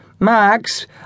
Max